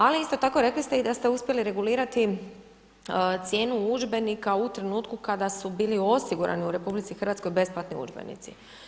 Ali isto tako, rekli ste da ste uspjeli regulirati cijenu udžbenika u trenutku kada su bili osigurani u RH besplatni udžbenici.